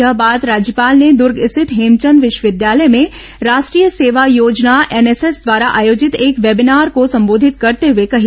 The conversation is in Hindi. यह बात राज्यपाल ने दर्ग स्थित हेमचंद विश्वविद्यालय में राष्ट्रीय सेवा योजना एनएसएस द्वारा आयोजित एक वेबीनार को संबोधित करते हुए कही